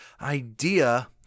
idea